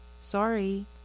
Sorry